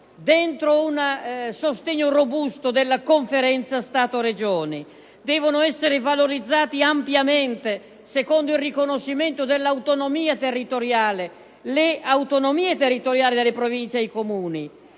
di un sostegno robusto della Conferenza Stato-Regioni: devono essere valorizzate ampiamente, secondo il riconoscimento dell'autonomia territoriale, le autonomie delle Province e dei Comuni;